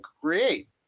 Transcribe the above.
create